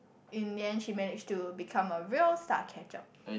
in the end she manage to become a real star catcher